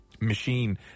machine